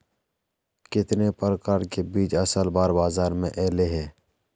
कितने प्रकार के बीज असल बार बाजार में ऐले है?